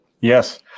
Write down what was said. yes